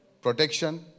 protection